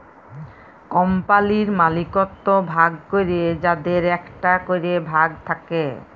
কম্পালির মালিকত্ব ভাগ ক্যরে যাদের একটা ক্যরে ভাগ থাক্যে